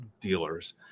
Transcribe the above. dealers